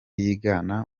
yigana